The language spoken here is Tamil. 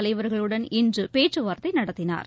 தலைவர்களுடன் இன்று பேச்சு வார்த்தை நடத்தினார்